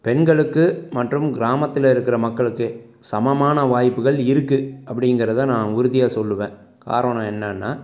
பெண்களுக்கு மற்றும் கிராமத்தில் இருக்கிற மக்களுக்கு சமமான வாய்ப்புகள் இருக்கு அப்படிங்கறத நான் உறுதியாக சொல்வேன் காரணம் என்னன்னா